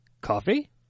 Coffee